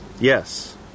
Yes